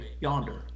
yonder